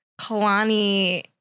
Kalani